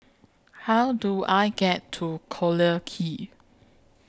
How Do I get to Collyer Quay